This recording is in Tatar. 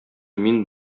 мин